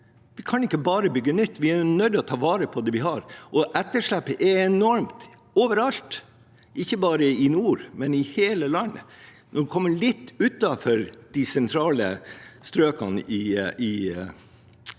Vi kan ikke bare bygge nytt; vi er nødt til å ta vare på det vi har. Etterslepet er enormt overalt, ikke bare i nord, men i hele landet. Når man kommer litt utenfor de sentrale strøkene på Østlandet